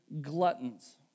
gluttons